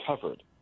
covered